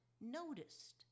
noticed